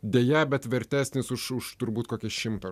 deja bet vertesnis už už turbūt kokį šimtą